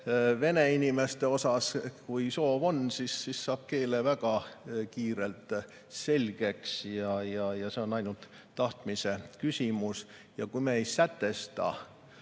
vene inimeste näol. Kui soovi on, siis saab keele väga kiirelt selgeks, see on ainult tahtmise küsimus. Kui me ei sätesta